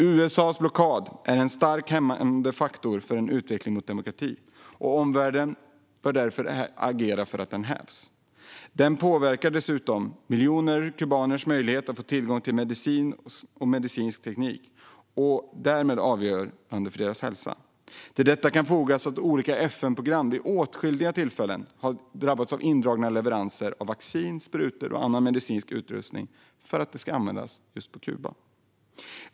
USA:s blockad är en starkt hämmande faktor för en utveckling mot demokrati, och omvärlden bör därför agera för att den hävs. Den påverkar dessutom miljoner kubaners möjlighet att få tillgång till medicin och medicinsk teknik och är därmed avgörande för deras hälsa. Till detta kan fogas att olika FN-program vid åtskilliga tillfällen har drabbats av indragna leveranser av vaccin, sprutor och annan medicinsk utrustning för att de skulle användas på just Kuba.